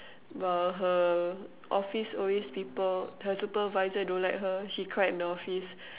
while her office always people her supervisor don't like her she cried in the office